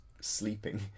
sleeping